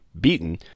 beaten